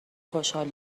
خوشحال